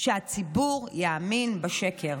שהציבור יאמין בשקר,